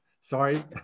sorry